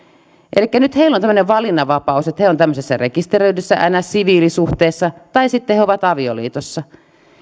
elikkä nyt heillä on tämmöinen valinnanvapaus eli että he ovat tämmöisessä rekisteröidyssä niin sanottu siviilisuhteessa tai sitten he ovat avioliitossa